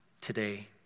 today